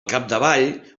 capdavall